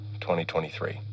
2023